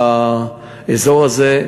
האזור הזה,